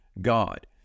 God